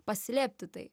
paslėpti tai